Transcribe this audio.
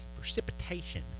precipitation